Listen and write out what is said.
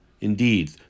Indeed